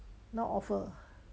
now offer